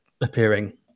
appearing